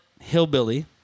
Hillbilly